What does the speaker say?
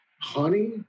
honey